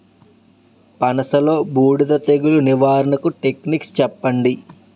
పనస లో బూడిద తెగులు నివారణకు టెక్నిక్స్ చెప్పండి?